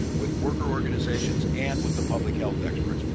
with worker organizations, and with the public health experts.